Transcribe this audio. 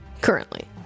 currently